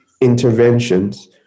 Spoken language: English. interventions